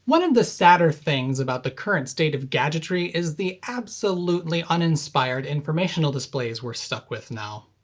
one of the sadder things about the current state of gadgetry is the absolutely uninspired informational displays we're stuck with now.